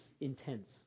intense